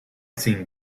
seen